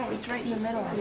it's right in the middle